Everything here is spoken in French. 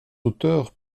auteurs